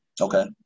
Okay